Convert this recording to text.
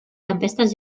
tempestes